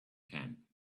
camp